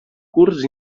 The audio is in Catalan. curs